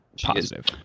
positive